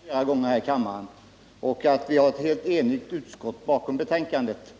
Herr talman! Med anledning av att dessa frågor behandlats flera gånger tidigare här i kammaren och att vi har ett helt enigt utskott bakom betänkandet